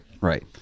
Right